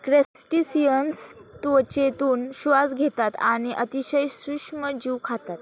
crustaceans त्वचेतून श्वास घेतात आणि अतिशय सूक्ष्म जीव खातात